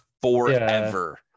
forever